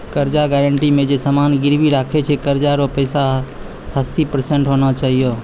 कर्जा गारंटी मे जे समान गिरबी राखै छै कर्जा रो पैसा हस्सी प्रतिशत होना चाहियो